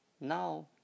now